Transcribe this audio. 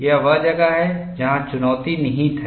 यह वह जगह है जहाँ चुनौती निहित है